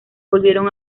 volvieron